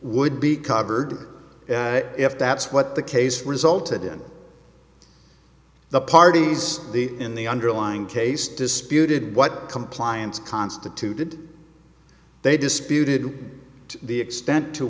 would be covered if that's what the case resulted in the parties the in the underlying case disputed what compliance constituted they disputed the extent to